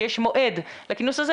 שיש מועד לכינוס הזה,